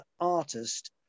artist